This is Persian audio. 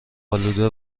آلوده